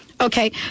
okay